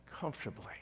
comfortably